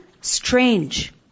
strange